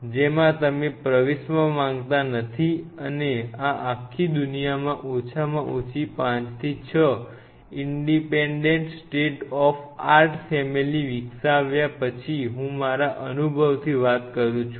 જેમાં તમે પ્રવેશવા માંગતા નથી અને આ આખી દુનિયામાં ઓછામાં ઓછી 5 થી 6 independent state of art family વિકસાવ્યા પછી હું મારા અનુભવથી વાત કરું છું